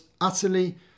utterly